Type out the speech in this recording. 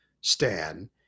Stan